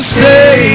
say